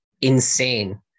insane